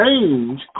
change